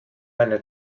meine